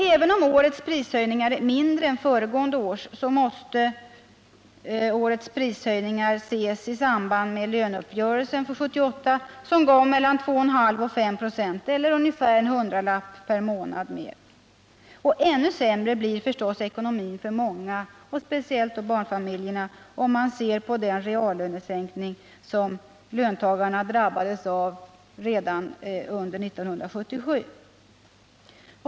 Även om årets prishöjningar är mindre än föregående års, så måste årets prishöjningar ses i samband med löneuppgörelsen för 1978, som gav mellan 2,5 och 5 96 eller ungefär en hundralapp per månad. Och ännu sämre blir förstås ekonomin för många — speciellt då för barnfamiljerna — om man ser på den reallönesänkning som löntagarna drabbades av redan under 1977.